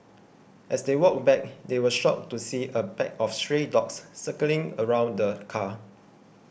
as they walked back they were shocked to see a pack of stray dogs circling around the car